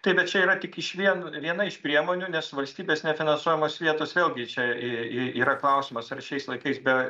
tai bet čia yra tik iš vien viena iš priemonių nes valstybės nefinansuojamos vietos vėlgi čia i i yra klausimas ar šiais laikais be